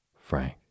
frank